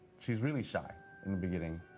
she's really shy in the beginning,